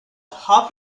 half